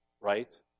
right